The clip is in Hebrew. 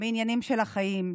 מעניינים של החיים,